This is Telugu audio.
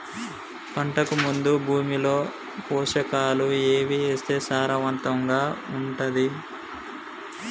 పంటకు ముందు భూమిలో పోషకాలు ఏవి వేస్తే సారవంతంగా ఉంటది?